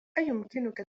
أيمكنك